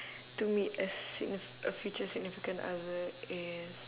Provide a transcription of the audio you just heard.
to meet a signif~ a future significant other is